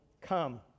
come